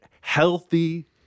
healthy